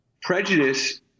prejudice